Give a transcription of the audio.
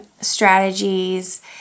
strategies